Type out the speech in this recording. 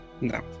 No